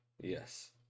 Yes